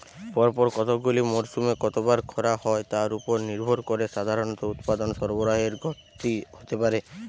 পরপর কতগুলি মরসুমে কতবার খরা হয় তার উপর নির্ভর করে সাধারণত উৎপাদন সরবরাহের ঘাটতি হতে পারে